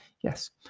Yes